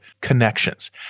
connections